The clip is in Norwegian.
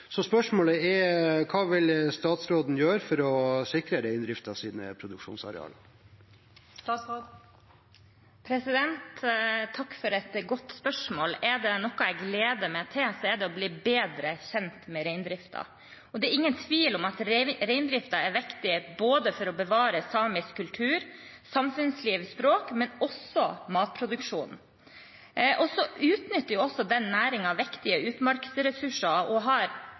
Spørsmålet mitt er: Hva vil statsråden gjøre for å sikre reindriftens produksjonsarealer? Takk for et godt spørsmål. Er det noe jeg gleder meg til, er det å bli bedre kjent med reindriften. Det er ingen tvil om at reindriften er viktig for å bevare samisk kultur, samfunnsliv og språk, men også for matproduksjon. Næringen utnytter også viktige utmarksressurser og har et enda større potensial for økt verdiskaping. Regjeringsplattformen legger klare føringer og har